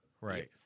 Right